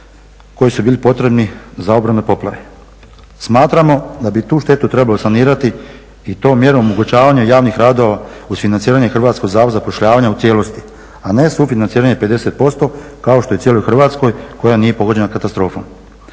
koji su bili potrebni za obranu od poplave. Smatramo da bi tu štetu trebalo sanirati i to mjerom omogućavanja javnih radova uz financiranje Hrvatskog zavoda za zapošljavanje u cijelosti, a ne sufinanciranje 50% kao što je u cijeloj Hrvatskoj koja nije pogođena katastrofom.